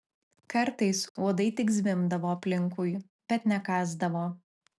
kartais uodai tik zvimbdavo aplinkui bet nekąsdavo